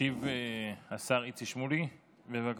ישיב השר איציק שמולי, בבקשה.